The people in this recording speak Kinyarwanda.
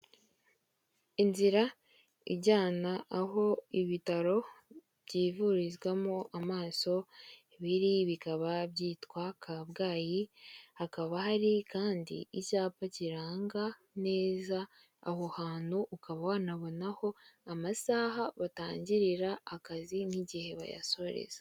Inzira ijyana aho ibitaro byivurizwamo amaso biri bikaba byitwa kabgayi, hakaba hari kandi icyapa kiranga neza aho hantu ukaba wanabonaho amasaha batangirira akazi n'igihe bayasorereza.